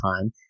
time